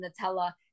Nutella